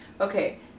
Okay